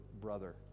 brother